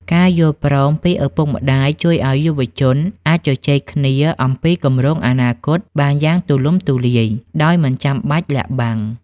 ការយល់ព្រមពីឪពុកម្ដាយជួយឱ្យយុវវ័យអាចជជែកគ្នាអំពីគម្រោងអនាគតបានយ៉ាងទូលំទូលាយ ដោយមិនចាំបាច់លាក់បាំង។